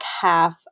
half